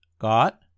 got